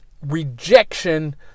rejection